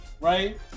right